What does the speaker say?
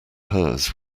hers